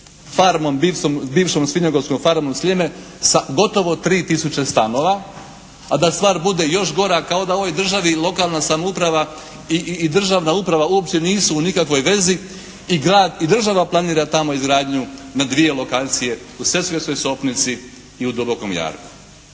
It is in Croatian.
farmom, bivšom svinjogojskom farmom Sljeme sa gotovo 3 tisuće stanova a da stvar bude još gora kao da u ovoj državi lokalna samouprava i državna uprava uopće nisu u nikakvoj vezi i grad i država planira tamo izgradnju na dvije lokacije. U Sesvetskoj sopnici i u Dubokom jarku.